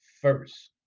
first